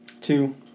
Two